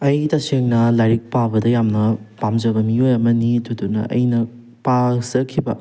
ꯑꯩ ꯇꯁꯦꯡꯅ ꯂꯥꯏꯔꯤꯛ ꯄꯥꯕꯗ ꯌꯥꯝꯅ ꯄꯥꯝꯖꯕ ꯃꯤꯑꯣꯏ ꯑꯃꯅꯤ ꯑꯗꯨꯗꯨꯅ ꯑꯩꯅ ꯄꯥꯖꯈꯤꯕ